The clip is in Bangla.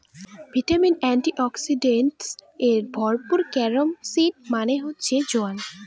ভিটামিন, এন্টিঅক্সিডেন্টস এ ভরপুর ক্যারম সিড মানে হচ্ছে জোয়ান